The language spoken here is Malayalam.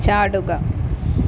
ചാടുക